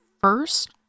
first